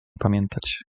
pamiętać